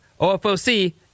OFOC